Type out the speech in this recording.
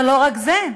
אבל לא רק זה,